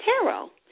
tarot